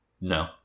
No